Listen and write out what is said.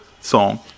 song